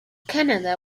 canada